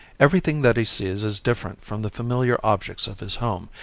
everything that he sees is different from the familiar objects of his home,